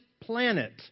planet